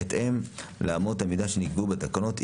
בהתאם לאמות המידה שנקבעו בתקנות.